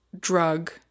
drug